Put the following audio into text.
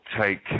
take